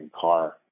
car